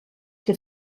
que